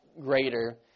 greater